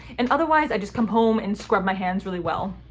and otherwise i just come home and scrub my hands really well.